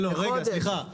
סליחה,